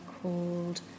called